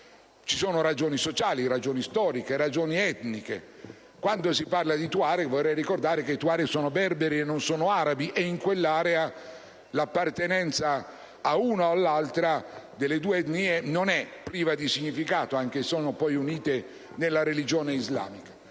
Ci sono ragioni sociali, storiche ed etniche. Quando si parla dei Tuareg vorrei ricordare che sono berberi e non arabi e in quell'area l'appartenenza all'una o all'altra delle due etnie non è priva di significato, anche se sono poi unite nella religione islamica.